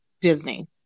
Disney